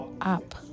up